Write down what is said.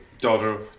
daughter